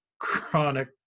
chronic